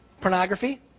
Pornography